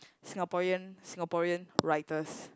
Singaporean Singaporean writers